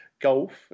Golf